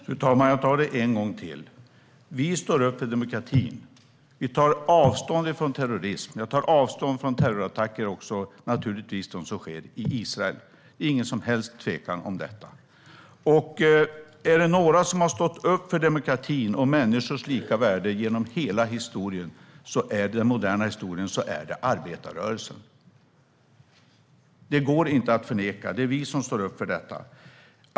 Fru talman! Jag tar det en gång till. Vi står upp för demokratin. Vi tar avstånd från terrorism. Jag tar avstånd från terrorattacker - naturligtvis också de som sker i Israel. Det råder ingen som helst tvekan om detta. Är det några som genom hela den moderna historien har stått upp för demokratin och människors lika värde är det arbetarrörelsen. Det går inte att förneka. Det är vi som står upp för detta.